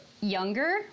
younger